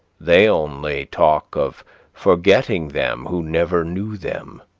they only talk of forgetting them who never knew them.